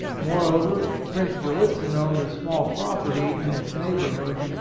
moreover, prince gallitzin owned a small property in its neighbor hood,